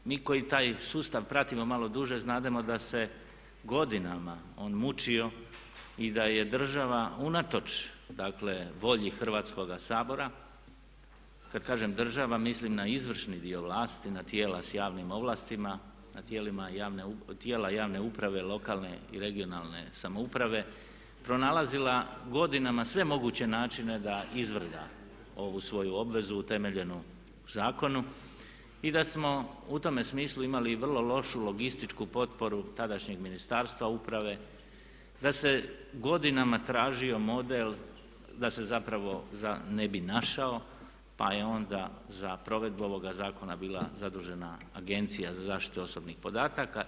Međutim, mi koji taj sustav pratimo malo duže znademo da se godinama on mučio i da je država unatoč dakle volji Hrvatskoga sabora, kada kažem država, mislim na izvršni dio vlasti, na tijela sa javnim ovlastima, tijela javne uprave lokalne i regionalne samouprave pronalazila godinama sve moguće načine da … ovu svoju obavezu utemeljenu u zakonu i da smo u tome smislu imali vrlo lošu logističku potporu tadašnjeg ministarstva uprave, da se godinama tražio model da se zapravo ne bi našao pa je onda za provedbu ovoga zakona bila zadužena Agencija za zaštitu osobnih podataka.